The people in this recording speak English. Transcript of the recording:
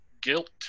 guilt